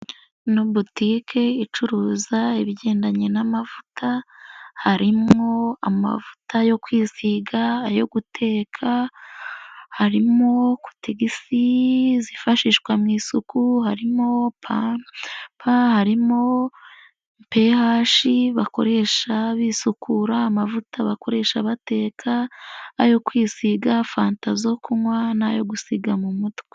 Ino botike icuruza ibigendanye n'amavuta, harimo amavuta yo kwisiga, ayo guteka harimo kotegisi zifashishwa mu isuku, harimo pampa, harimo PH bakoresha bisukura, amavuta bakoresha bateka, ayo kwisiga, fanta zo kunywa n'ayo gusiga mu mutwe.